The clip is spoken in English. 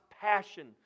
passion